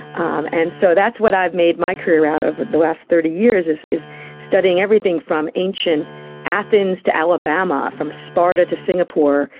um and so that's what i've made my career out of over the last thirty years, is is studying everything from ancient athens to alabama, from sparta to singapore,